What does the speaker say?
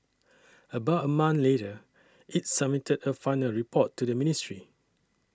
about a month later it submitted a final report to the ministry